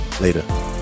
Later